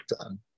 done